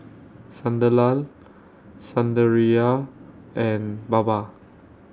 Sunderlal Sundaraiah and Baba